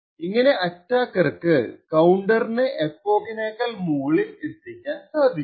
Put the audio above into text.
ഇങ്ങനെ അറ്റാക്കർക്ക് കൌണ്ടറിനെ എപോക്കിനെക്കാൾ മുകളിൽ എത്തിക്കാൻ സാധിക്കും